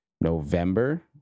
November